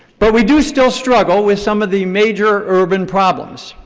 but we do still struggle with some of the major urban problems.